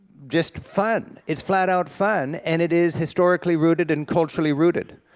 just fun, it's flat-out fun, and it is historically rooted, and culturally rooted.